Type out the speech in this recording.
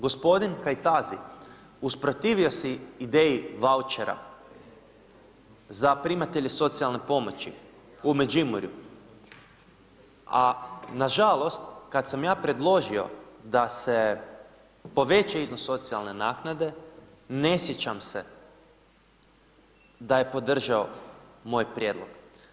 Gospodin Kajtazi usprotivio se ideji vaučera za primatelje socijalne pomoći u Međimurju, a nažalost kad sam ja predložio da se poveća iznos socijalne naknade ne sjećam se da je podržao moj prijedlog.